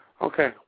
Okay